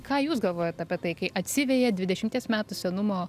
ką jūs galvojat apie tai kai atsiveja dvidešimties metų senumo